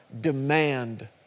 demand